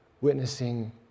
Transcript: witnessing